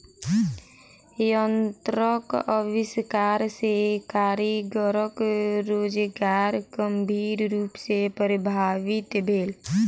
यंत्रक आविष्कार सॅ कारीगरक रोजगार गंभीर रूप सॅ प्रभावित भेल